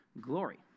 glory